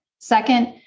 Second